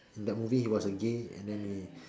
in that movie he was a gay and then he